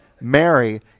Mary